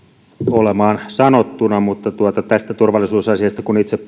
olemaan sanottuna mutta tästä turvallisuusasiasta kun itse